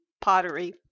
pottery